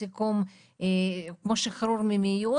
כמו שחרור ממיון?